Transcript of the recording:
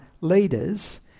leaders